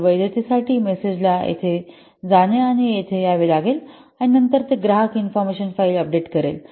तर वैधतेसाठी मेसेज ला येथे जाणे आणि येथे यावे लागेल आणि नंतर ते ग्राहक इन्फॉर्मेशन फाईल अपडेट करेल